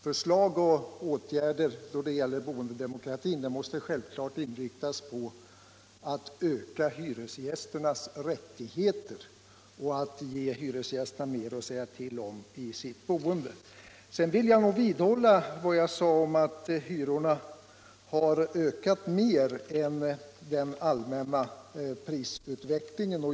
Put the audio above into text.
Förslag och åtgärder då det gäller boendedemokratin måste självfallet inriktas på att öka hyresgästernas rättigheter och att ge hyresgästerna mer att säga till om i sitt boende. Jag vill vidhålla mitt påstående att hyrorna har ökat mer än vad som motsvarar den allmänna prisutvecklingen.